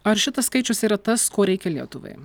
ar šitas skaičius yra tas ko reikia lietuvai